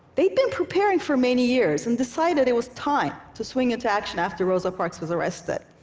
they'd been preparing for many years and decided it was time to swing into action after rosa parks was arrested.